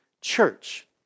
church